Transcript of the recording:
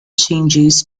changes